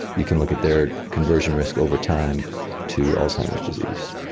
you can look at their conversion risk over time to alzheimer's disease.